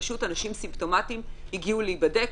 פשוט אנשים סימפטומטיים הגיעו להיבדק,